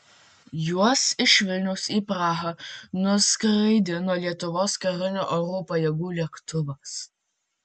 juos iš vilniaus į prahą nuskraidino lietuvos karinių oro pajėgų lėktuvas